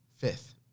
fifth